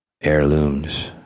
heirlooms